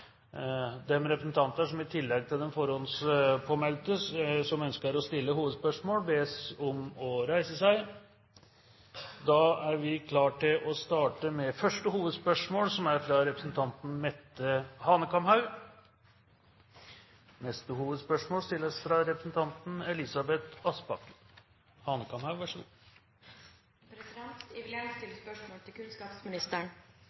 representanter som i tillegg til de forhåndspåmeldte ønsker å stille hovedspørsmål, bes reise seg. Vi starter da med første hovedspørsmål, fra representanten Mette Hanekamhaug.